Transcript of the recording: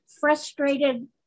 frustrated